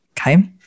Okay